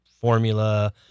formula